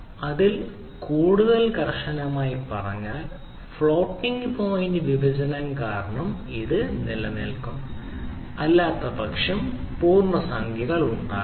അല്ലെങ്കിൽ കൂടുതൽ കർശനമായി പറഞ്ഞാൽ ഫ്ലോട്ടിംഗ് പോയിൻറ് വിഭജനം കാരണം ഇത് നിലനിൽക്കും അല്ലാത്തപക്ഷം പൂർണ്ണസംഖ്യകൾ ഉണ്ടാകാം